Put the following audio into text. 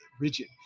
rigid